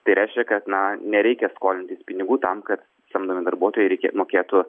tai reiškia kad na nereikia skolintis pinigų tam kad samdomi darbuotojai reikė mokėtų